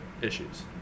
issues